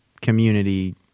community